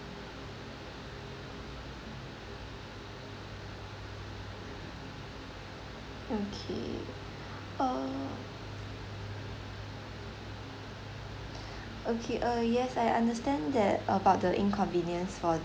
okay err okay uh yes I understand that about the inconvenience for